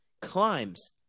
climbs